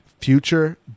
future